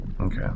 Okay